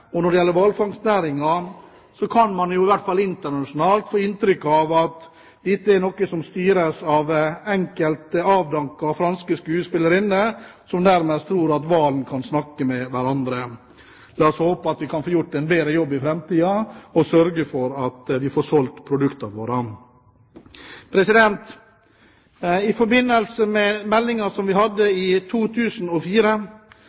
videre. Når det gjelder hvalfangsnæringen, kan man i hvert fall internasjonalt få inntrykk av at den er noe som styres av enkelte avdankede franske skuespillerinner som nærmest tror at hvalene kan snakke med hverandre. La oss håpe at vi kan få gjort en bedre jobb i framtiden og sørge for at vi får solgt produktene våre. I forbindelse med